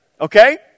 Okay